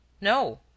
No